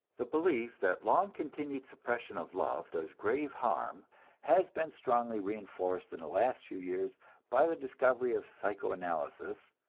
the belief that long continued suppression of love does grave harm has been strongly reinforced in the last few years by the discovery of psycho-analysis,